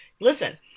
listen